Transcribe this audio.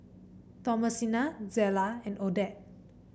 Thomasina Zella and Odette